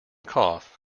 cough